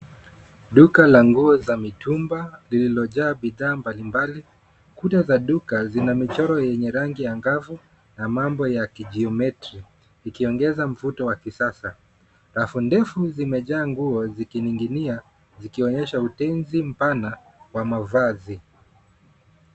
Duka la nguo za mitumba lililojaa bidhaa mbalimbali. Kuta za duka zina michoro yenye rangi angavu na mambo ya kijiometri ikiongeza mvuto wa kisasa. Rafu ndefu zimejaa nguo zikining'inia zikionyesha utenzi mpana wa mavazi.